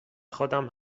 خودم